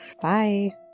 Bye